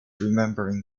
remembering